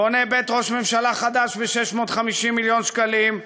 בונה בית ראש ממשלה חדש ב-650 מיליון שקלים,